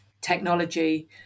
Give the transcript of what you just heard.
technology